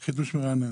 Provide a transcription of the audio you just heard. זה חידוש מרענן.